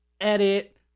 edit